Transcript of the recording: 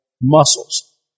muscles